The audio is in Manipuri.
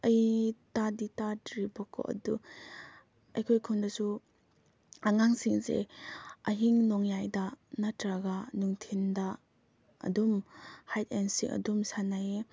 ꯑꯩ ꯇꯥꯗꯤ ꯇꯥꯗ꯭ꯔꯤꯕꯀꯣ ꯑꯗꯨ ꯑꯩꯈꯣꯏ ꯈꯨꯟꯗꯁꯨ ꯑꯉꯥꯡꯁꯤꯡꯁꯦ ꯑꯍꯤꯡ ꯅꯣꯡꯌꯥꯏꯗ ꯅꯠꯇ꯭ꯔꯒ ꯅꯨꯡꯊꯤꯟꯗ ꯑꯗꯨꯝ ꯍꯥꯏꯠ ꯑꯦꯟ ꯁꯤꯛ ꯑꯗꯨꯝ ꯁꯥꯟꯅꯩꯌꯦ